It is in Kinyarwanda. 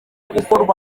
gukorwa